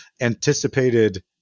anticipated